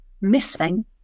missing